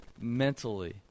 mentally